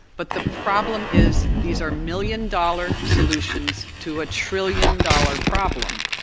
but the problem is these are million dollar solutions to a trillion dollar problem.